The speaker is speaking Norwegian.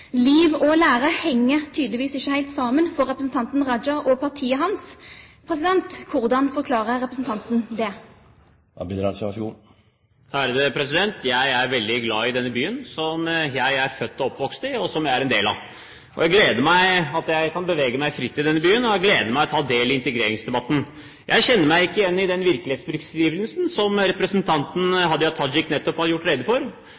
Liv og lære henger tydeligvis ikke helt sammen for representanten Raja og partiet hans. Hvordan forklarer representanten det? Jeg er veldig glad i denne byen, som jeg er født og oppvokst i, og som jeg er en del av. Jeg gleder meg over at jeg kan bevege meg fritt i denne byen, og jeg gleder meg over å kunne ta del i integreringsdebatten. Jeg kjenner meg ikke igjen i den virkelighetsbeskrivelsen som representanten Hadia Tajik nettopp her ga. Venstre har borget for